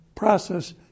process